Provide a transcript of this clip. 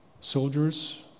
soldiers